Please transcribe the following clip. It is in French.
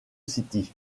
city